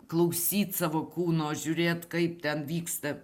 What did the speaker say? klausyt savo kūno žiūrėt kaip ten vyksta